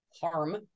harm